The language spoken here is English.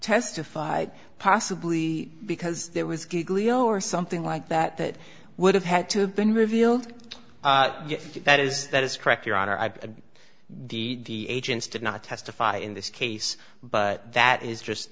testified possibly because there was no or something like that that would have had to have been revealed that is that is correct your honor i've had the agents did not testify in this case but that is just